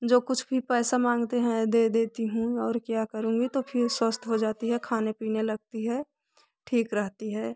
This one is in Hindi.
जो कुछ भी पैसा मांगते हैं दे देती हूँ और क्या करूंगी तो फिर स्वस्थ हो जाती है खाने पीने लगती है ठीक रहती है